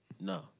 No